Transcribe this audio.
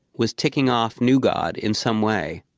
was ticking off new god in some way.